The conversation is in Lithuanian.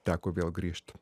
teko vėl grįžt